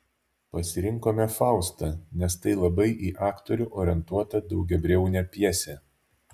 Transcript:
pasirinkome faustą nes tai labai į aktorių orientuota daugiabriaunė pjesė